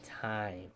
time